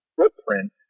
footprint